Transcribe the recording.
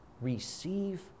Receive